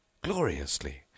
gloriously